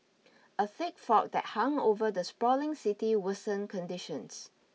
a thick fog that hung over the sprawling city worsen conditions